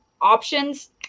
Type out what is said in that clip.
options